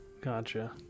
Gotcha